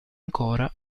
ancora